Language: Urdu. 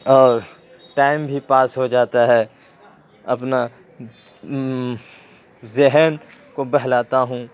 اور ٹائم بھی پاس ہو جاتا ہے اپنا ذہن کو بہلاتا ہوں